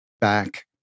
back